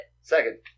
Second